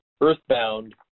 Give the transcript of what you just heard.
earthbound